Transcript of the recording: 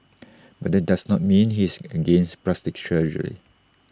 but that does not mean he's against plastic surgery